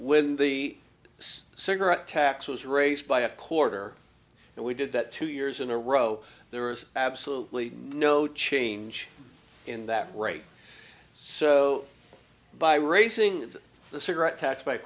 when the cigarette tax was raised by a quarter and we did that two years in a row there was absolutely no change in that rate so by raising the cigarette tax by